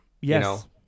Yes